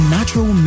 Natural